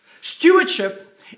Stewardship